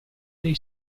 dei